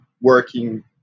working